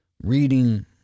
reading